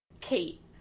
kate